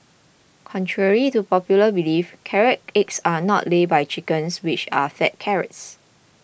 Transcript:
contrary to popular belief carrot eggs are not laid by chickens which are fed carrots